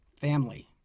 family